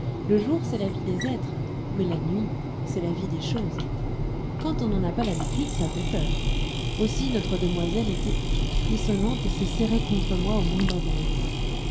le jour c'est la vie des êtres mais la nuit c'est la vie des choses quand on n'en a pas l'habitude ça fait peur aussi notre demoiselle était toute frissonnante et se serrait contre moi au moindre bruit